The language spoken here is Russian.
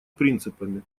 принципами